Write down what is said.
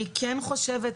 אני כן חושבת,